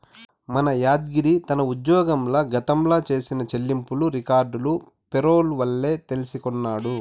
మన యాద్గిరి తన ఉజ్జోగంల గతంల చేసిన చెల్లింపులు రికార్డులు పేరోల్ వల్లే తెల్సికొన్నాడు